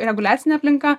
reguliacine aplinka